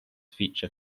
feature